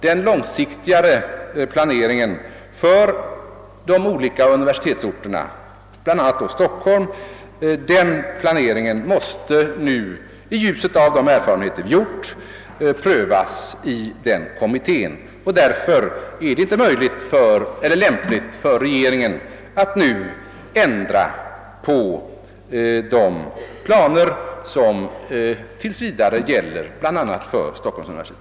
Den mera långsiktiga planeringen för de olika universitetsorterna, bl.a. Stockholm, måste prövas i denna kommitté i ljuset av de erfarenheter vi gjort. Därför är det inte lämpligt för regeringen att nu ändra på de planer som tills vidare gäller bl.a. för Stockholms universitet.